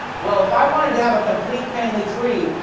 well, if i wanted to have a complete family tree,